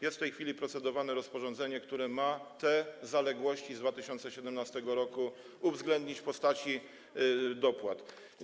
Jest w tej chwili procedowane rozporządzenie, które ma te zaległości z 2017 r. uwzględnić w postaci dopłat.